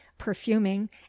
perfuming